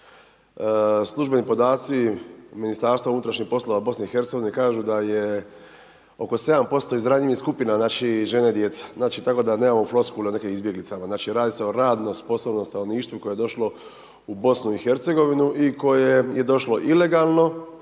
Službeni podaci MUP-a BiH-a kažu da je oko 7% iz ranjivih skupina, znači žene i djeca, znači tako da nemamo floskule o nekim izbjeglicama, znači radi se o radno sposobnom stanovništvu koje je došlo u BiH i koje je došlo ilegalno